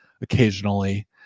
occasionally